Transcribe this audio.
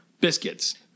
biscuits